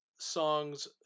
Songs